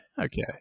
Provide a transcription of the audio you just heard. Okay